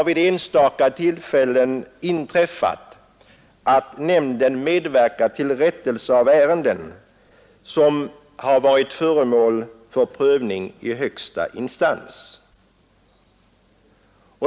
I enstaka fall har det inträffat att nämnden medverkat till rättelse av ärenden som varit föremål för prövning i högsta instans.